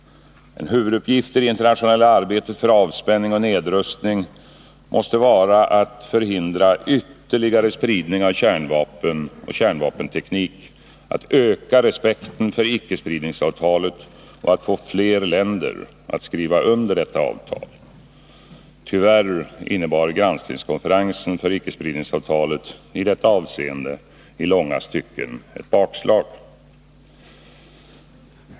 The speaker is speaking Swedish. En huvuduppgift i det internationella arbetet för avspänning och nedrustning måste vara att förhindra ytterligare spridning av kärnvapen och kärnvapenteknik, öka respekten för icke-spridningsavtalet och få fler länder att skriva under avtalet. Tyvärr innebar i detta avseende granskningskonferensen för icke-spridningsavtalet i långa stycken ett bakslag.